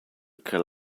che